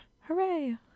Hooray